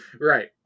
Right